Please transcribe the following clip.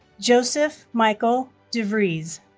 joseph michael devries